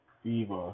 fever